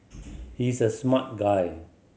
he is a smart guy